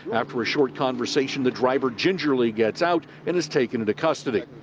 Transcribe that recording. after a short conversation, the driver gingerly gets out and is taken into custody.